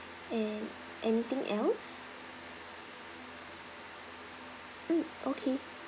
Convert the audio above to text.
and anything else mm okay